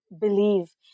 believe